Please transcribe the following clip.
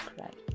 right